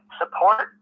support